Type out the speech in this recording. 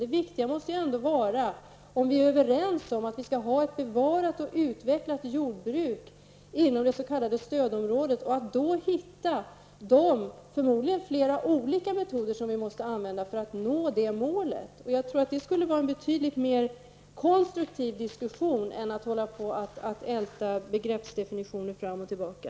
Om vi är överens om att ha ett bevarat och utvecklat jordbruk inom det s.k. stödområdet måste det viktiga vara att hitta de förmodligen olika metoder som vi måste använda för att uppnå det målet. Det vore betydligt mer konstruktivt att föra en diskussion därom än att älta begreppsdefintioner fram och tillbaka.